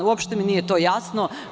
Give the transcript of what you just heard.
Uopšte mi nije to jasno.